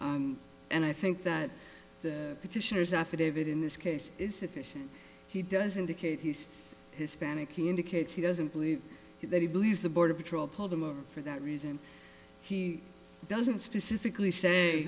stop and i think that the petitioner's affidavit in this case is sufficient he does indicate he's hispanic he indicates he doesn't believe that he believes the border patrol pulled them over for that reason he doesn't specifically say